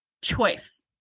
choice